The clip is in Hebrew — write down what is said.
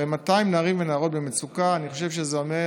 ו-200 ערים ונערות במצוקה, אני חושב שזה אומר